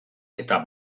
eta